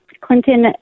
Clinton